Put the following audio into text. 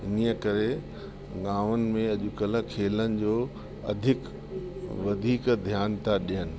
इन्हीअ करे गांवनि में अॼुकल्ह खेलनि जो अधिक वधीक ध्यानु था ॾियनि